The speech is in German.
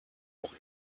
auch